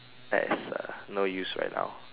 that's a no use right now